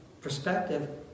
perspective